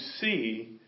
see